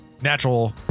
natural